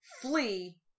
flee